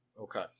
Okay